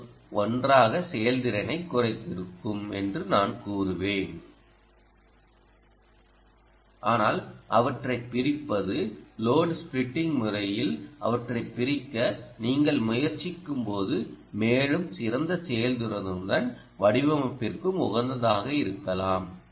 ஓ ஒன்றாக செயல்திறனைக் குறைத்திருக்கும் என்று நான் கூறுவேன் ஆனால் அவற்றை பிரிப்பது லோடு ஸ்பிலிட்டிங் முறையில் அவற்றை பிரிக்க நீங்கள் முயற்சிக்கும்போது மேலும் சிறந்த செயல்திறனுடன் வடிவமைப்பிற்கும் உகந்ததாக இருக்கலாம்